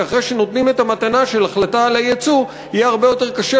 כי אחרי שנותנים את המתנה של החלטה על הייצוא יהיה הרבה יותר קשה